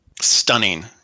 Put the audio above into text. Stunning